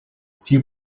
few